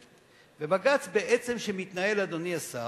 ובג"ץ שבעצם מתנהל, אדוני השר,